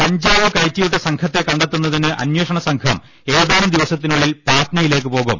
കഞ്ചാവ് കയറ്റിവിട്ട സംഘത്തെ കണ്ടെത്തുന്നതിന് അന്വേഷക സംഘം ഏതാനും ദിവസത്തിനുള്ളിൽ പാറ്റ്നയിലേക്ക് പോകും